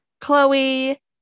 Chloe